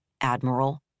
Admiral